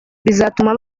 bizatuma